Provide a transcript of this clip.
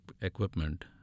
equipment